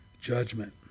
judgment